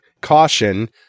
Caution